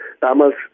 damals